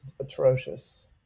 atrocious